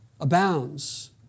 abounds